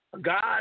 God